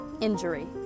injury